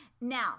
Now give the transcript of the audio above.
Now